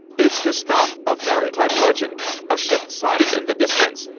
it's the stuff of maritime legend a ship sighted in the distance,